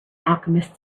alchemist